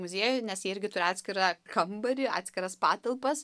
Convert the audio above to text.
muziejų nes jie irgi turi atskirą kambarį atskiras patalpas